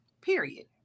period